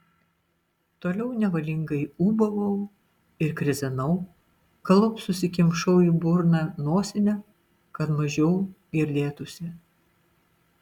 toliau nevalingai ūbavau ir krizenau galop susikimšau į burną nosinę kad mažiau girdėtųsi